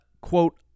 quote